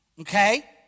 okay